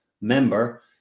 member